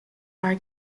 are